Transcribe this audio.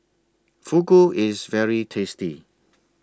Fugu IS very tasty